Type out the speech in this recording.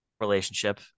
relationship